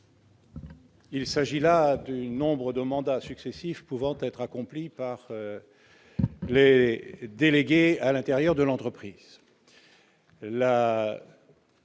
Il s'agit là du nombre de mandats successifs pouvant être accomplis par les délégués, à l'intérieur de l'entreprise.